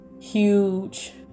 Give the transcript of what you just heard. huge